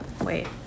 wait